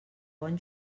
bon